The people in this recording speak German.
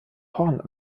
horn